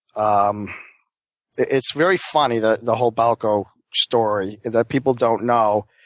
um it's very funny, the the whole balco story, that people don't know,